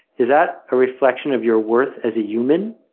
is that a reflection of your worth as a human?